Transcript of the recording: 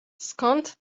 skąd